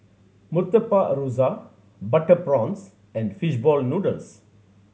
Murtabak Rusa butter prawns and fish ball noodles